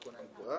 אדוני.